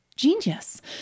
Genius